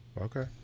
Okay